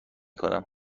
کنم